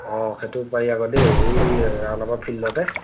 অঁ সেইটো পাৰি আকৌ দেই এই ফিল্ডতে